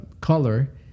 color